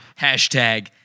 Hashtag